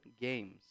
Games